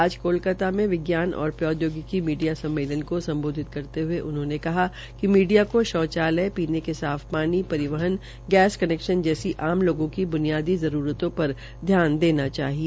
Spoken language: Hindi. आज कालकाता में विज्ञान और प्रौद्यागिकी मीडिया सम्मेलन का संबधित करते हुए उन्होंने कहा कि मीडिया कथ शौचालय पीने के साफ पानी परिवहन गैस कनेक्शन जैसी आम लागों की ब्नियादी जरूरतों पर ध्यान देना चाहिए